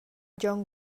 gion